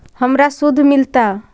हमरा शुद्ध मिलता?